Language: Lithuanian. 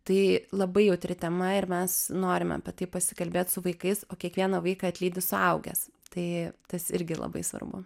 tai labai jautri tema ir mes norime apie tai pasikalbėt su vaikais o kiekvieną vaiką atlydi suaugęs tai tas irgi labai svarbu